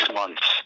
months